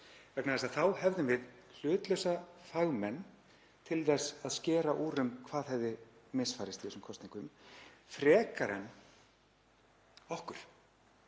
vegna þess að þá hefðum við hlutlausa fagmenn til þess að skera úr um hvað hefði misfarist í þessum kosningum frekar en okkur